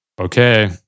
okay